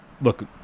Look